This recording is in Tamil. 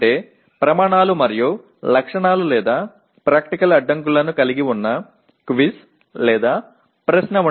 அதாவது ஒரு வினாடி வினா அல்லது கேள்வி மற்றும் விவரக்குறிப்புகள் அல்லது நடைமுறை தடைகளை உள்ளடக்கியதாக இருக்கலாம்